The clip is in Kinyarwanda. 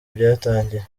byatangiye